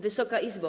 Wysoka Izbo!